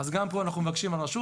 גם פה אנחנו מבקשים מהרשות